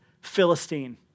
Philistine